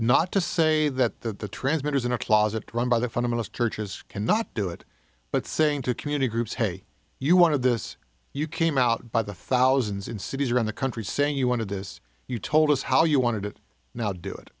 not to say that transmitters in a closet run by the fundamentalist churches cannot do it but saying to community groups hey you wanted this you came out by the thousands in cities around the country saying you wanted this you told us how you wanted it now do it